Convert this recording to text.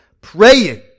praying